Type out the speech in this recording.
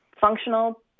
functional